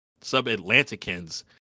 Sub-Atlanticans